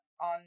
on